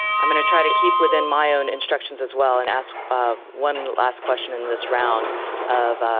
i'm gonna try to keep within my own instructions as well and ask one last question in this round of